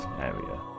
area